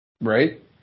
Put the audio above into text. Right